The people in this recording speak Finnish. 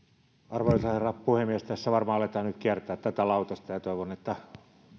arvoisa herra puhemies tässä varmaan aletaan nyt kiertää tätä lautasta ja toivon että